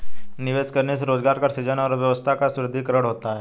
निवेश करने से रोजगार का सृजन और अर्थव्यवस्था का सुदृढ़ीकरण होता है